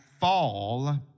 fall